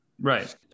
Right